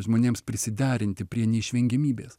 žmonėms prisiderinti prie neišvengiamybės